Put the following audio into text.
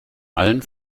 allen